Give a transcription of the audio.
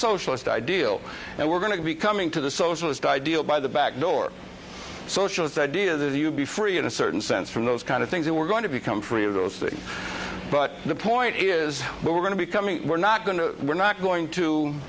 socialist ideal and we're going to be coming to the socialist ideal by the backdoor socialist ideas you be free in a certain sense from those kind of things that we're going to become free of those things but the point is we're going to be coming we're not going to we're not going to